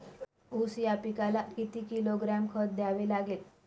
ऊस या पिकाला किती किलोग्रॅम खत द्यावे लागेल?